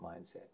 mindset